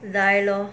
die lor